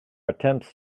attempts